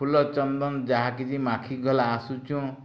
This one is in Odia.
ଫୁଲ ଚନ୍ଦନ୍ ଯାହା କିଛି ମାଖି ଗଲା ଆସୁଛୁଁ